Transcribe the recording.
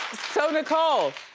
so nicole.